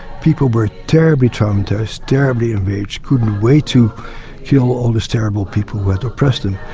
people were terribly traumatised, terribly enraged, couldn't wait to kill all those terrible people who had oppressed them.